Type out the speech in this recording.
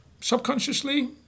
subconsciously